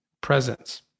presence